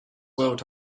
world